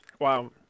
Wow